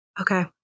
Okay